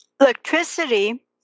Electricity